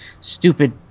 stupid